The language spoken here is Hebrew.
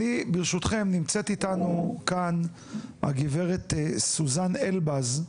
ברשותכם נמצאת איתנו כאן הגברת סוזן אלבז,